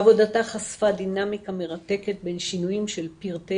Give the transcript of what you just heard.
עבודתה חשפה דינמיקה מרתקת בין שינויים של פרטי